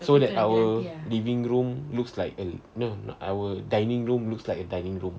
so that our living room looks like no our dining room looks like a dining room